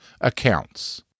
accounts